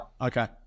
Okay